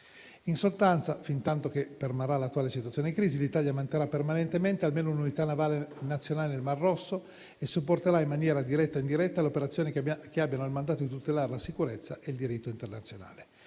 In sostanza, fintanto che permarrà l'attuale situazione crisi, l'Italia manterrà permanentemente almeno un'unità navale nazionale nel mar Rosso e supporterà in maniera diretta o indiretta le operazioni che abbiano il mandato di tutelare la sicurezza e il diritto internazionale.